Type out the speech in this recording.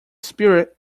spirit